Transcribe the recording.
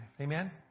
Amen